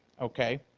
okay?